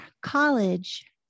college